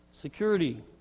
Security